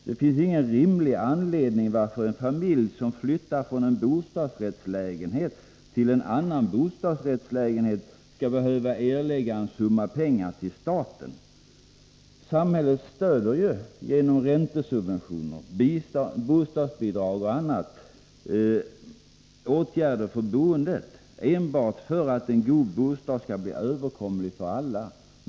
Det finns ingen rimlig anledning att en familj som flyttar från en bostadsrättslägenhet till en annan bostadsrättslägenhet skall behöva erlägga en summa pengar till staten. Genom räntesubventioner, bostadsbidrag m.fl. åtgärder stöder ju samhället boendet, enbart för att en god bostad skall bli överkomlig för alla.